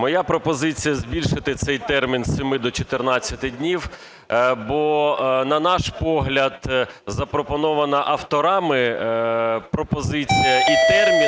Моя пропозиція збільшити цей термін з 7 до 14 днів, бо, на наш погляд, запропонована авторами пропозиція і термін